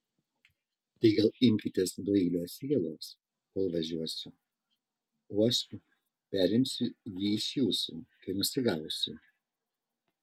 tai gal imkitės doilio sielos kol važiuosiu o aš perimsiu jį iš jūsų kai nusigausiu